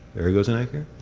there goes an acre.